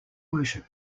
worship